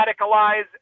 radicalize